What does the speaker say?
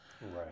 right